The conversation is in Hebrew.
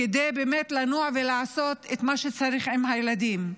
כדי באמת לנוע ולעשות את מה שצריך עם הילדים,